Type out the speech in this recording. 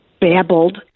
babbled